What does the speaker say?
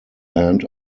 end